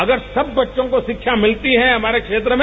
अगर सब बच्चों को शिक्षा मिलती है हमारे क्षेत्र में